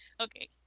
Okay